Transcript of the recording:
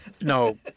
No